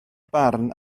barn